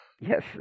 Yes